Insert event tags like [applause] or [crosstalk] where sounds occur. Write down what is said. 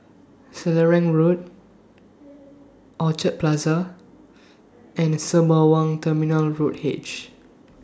Selarang Road [noise] Orchard Plaza and Sembawang Terminal Road H